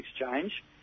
exchange